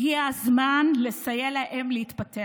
הגיע הזמן לסייע להם להתפתח,